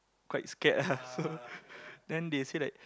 quite scared ah so then they said that